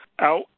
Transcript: out